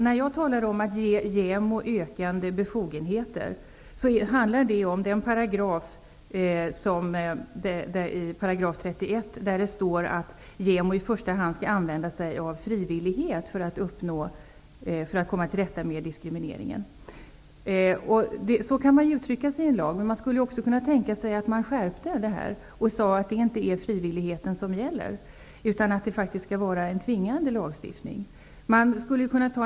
När jag talar om att ge JämO ökande befogenheter tänker jag på § 31 där det står att JämO i första hand skall använda sig av frivillighet för att komma till rätta med diskrimineringen. Man kan naturligtvis uttrycka sig så i en lag. Men man skulle också kunna tänka sig en skärpning genom att säga att det inte är frivilligheten som gäller, utan att lagstiftningen är tvingande.